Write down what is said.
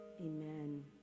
Amen